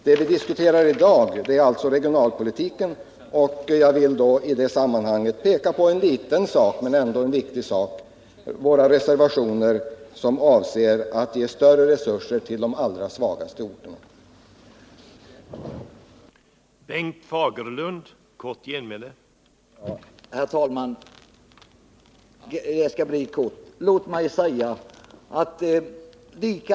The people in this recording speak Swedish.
Det vi diskuterar i dag är regionalpolitiken, och jag vill i det sammanhanget peka på en liten men viktig sak, nämligen våra reservationer som avser att ge större resurser till de allra svagaste orterna liksom vårt förslag när det gäller stödområdessystemet.